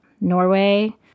Norway